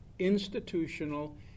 institutional